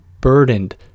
burdened